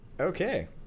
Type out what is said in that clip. Okay